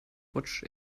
rutsch